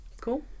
Cool